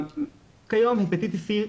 כיום הפטיטיס סי,